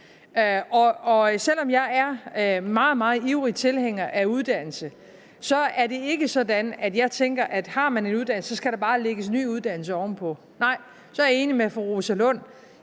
er en meget, meget ivrig tilhænger af uddannelse, er det ikke sådan, at jeg tænker, at har man en uddannelse, skal der bare lægges en ny uddannelse ovenpå. Nej, så er jeg enig med fru Rosa Lund